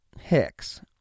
Hicks